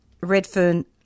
Redfern